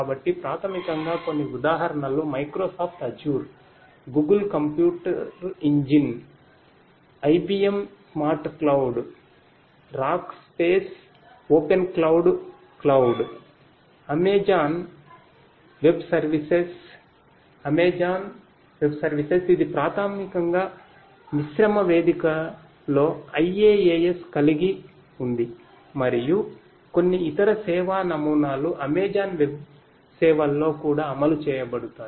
కాబట్టి ప్రాథమికంగా కొన్ని ఉదాహరణలు మైక్రోసాఫ్ట్ అజూర్ ఇది ప్రాథమికంగా మిశ్రమ వేదిక లో IaaS కలిగి ఉంది మరియు కొన్ని ఇతర సేవా నమూనాలు అమెజాన్ వెబ్ సేవల్లో కూడా అమలు చేయబడతాయి